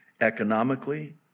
economically